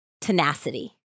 tenacity